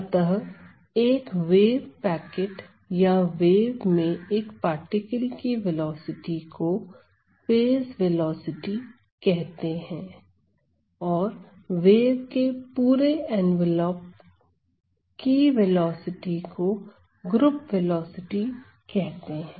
अतः एक wave packet या वेव में एक पार्टिकल की वेलोसिटी को फेज वेलोसिटी कहते हैं और वेव के पूरे एन्वॉलप की वेलोसिटी को ग्रुप वेलोसिटी कहते हैं